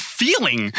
feeling